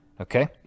Okay